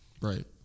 Right